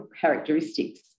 characteristics